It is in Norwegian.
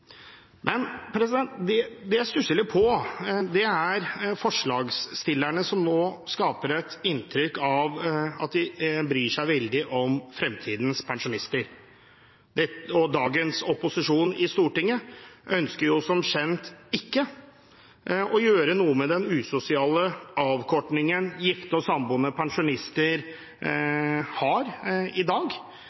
Men det jeg stusser litt over, er forslagsstillerne som nå skaper et inntrykk av at de bryr seg veldig om fremtidens pensjonister. Dagens opposisjon i Stortinget ønsker som kjent ikke å gjøre noe med den usosiale avkortningen gifte og samboende pensjonister har i dag.